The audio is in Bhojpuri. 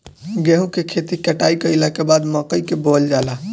गेहूं के खेती कटाई कइला के बाद मकई के बोअल जाला